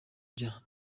bya